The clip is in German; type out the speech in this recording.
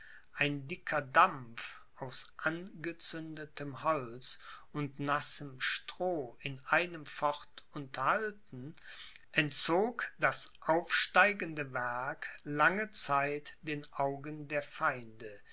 ein dicker dampf aus angezündetem holz und nassem stroh in einem fort unterhalten entzog das aufsteigende werk lange zeit den augen der feinde